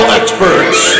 experts